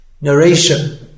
narration